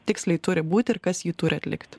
tiksliai turi būt ir kas jį turi atlikt